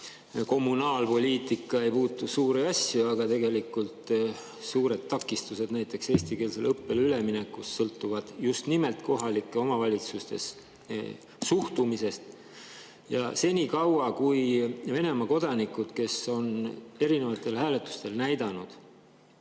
kommunaalpoliitika ei puutu suuri asju, aga tegelikult suured takistused näiteks eestikeelsele õppele üleminekul sõltuvad just nimelt kohalike omavalitsuste suhtumisest. Ja senikaua, kui Venemaa kodanikud, kes on erinevatel hääletustel näidanud